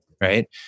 right